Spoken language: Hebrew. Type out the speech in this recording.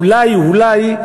אולי אולי,